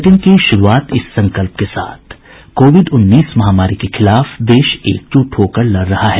bulletin की शुरूआत इस संकल्प के साथ कोविड उन्नीस महामारी के खिलाफ देश एकजुट होकर लड़ रहा है